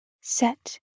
set